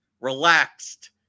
relaxed